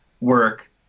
work